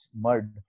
mud